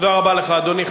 תודה רבה לך, אדוני.